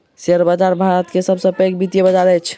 share बाजार भारत के सब सॅ पैघ वित्तीय बजार अछि